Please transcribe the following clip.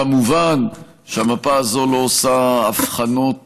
כמובן שהמפה הזאת לא עושה הבחנות